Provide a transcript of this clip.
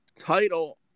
title